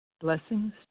Blessings